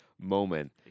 moment